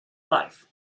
life